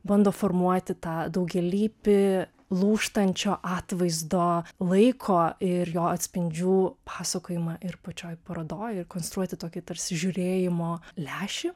bando formuoti tą daugialypį lūžtančio atvaizdo laiko ir jo atspindžių pasakojimą ir pačioj parodoj ir konstruoti tokį tarsi žiūrėjimo lęšį